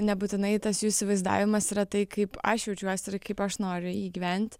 nebūtinai tas jų įsivaizdavimas yra tai kaip aš jaučiuosi ir kaip aš noriu jį gyvent